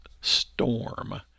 storm